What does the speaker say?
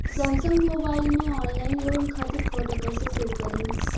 Samsung mobile में online loan खातिर photo कैसे सेभ करीं?